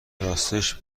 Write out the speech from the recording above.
راستش